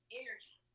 energy